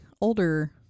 older